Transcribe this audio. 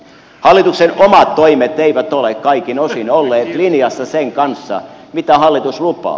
hallituksen omat toimet eivät ole kaikin osin olleet linjassa sen kanssa mitä hallitus lupaa